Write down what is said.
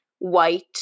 white